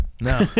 No